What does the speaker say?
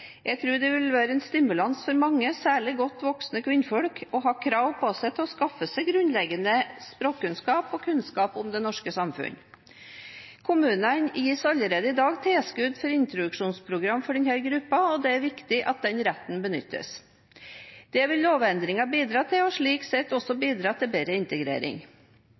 Jeg tror det vil være en stimulans for mange, særlig godt voksne kvinner, å ha krav på seg til å skaffe seg grunnleggende språkkunnskaper og kunnskap om det norske samfunn. Kommunene gis allerede i dag tilskudd for introduksjonsprogram for denne gruppen, og det er viktig at denne retten benyttes. Det vil lovendringen bidra til, og slik sett også bidra til bedre integrering.